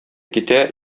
китә